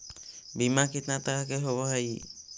बीमा कितना तरह के होव हइ?